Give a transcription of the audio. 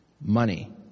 Money